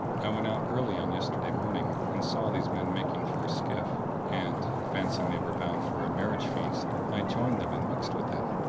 i went out early on yesterday morning and saw these men making for a skiff and, fancying they were bound for a marriage feast, i joined them and mixed with them.